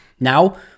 Now